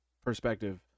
perspective